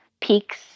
peaks